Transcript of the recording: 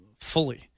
fully